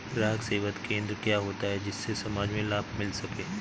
ग्राहक सेवा केंद्र क्या होता है जिससे समाज में लाभ मिल सके?